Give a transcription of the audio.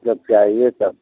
जब चाहिए तब